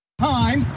time